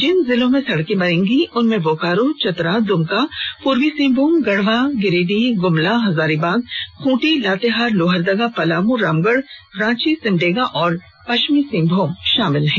जिन जिलों में सड़के बनेंगी उनमें बोकारो चतरा दुमका पूर्वी सिंहभूम गढ़वा गिरिडीह गुमला हजारीबाग खूंटी लातेहार लोहरदगा पलामू रामगढ़ रांची सिमडेगा और पश्चिमी सिंहभूम शामिल है